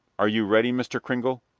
are you ready, mr. cringle?